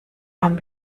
haben